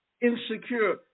insecure